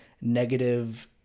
negative